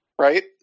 right